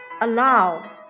allow